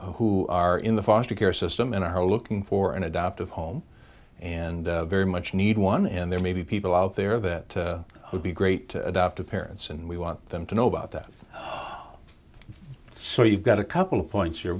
who are in the foster care system and are looking for an adoptive home and very much need one and there may be people out there that would be great adoptive parents and we want them to know about that home so you've got a couple points